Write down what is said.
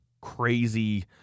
crazy